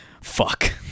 fuck